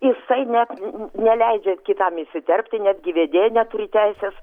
jisai net neleidžia kitam įsiterpti netgi vedėja neturi teisės